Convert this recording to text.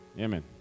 Amen